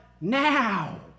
now